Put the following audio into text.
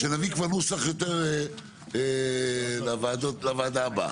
כדי שנביא כבר נוסח יותר מדויק לוועדה הבאה.